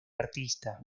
artista